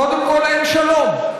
קודם כול, אין שלום.